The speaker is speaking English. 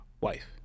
wife